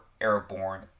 airborne